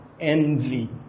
envy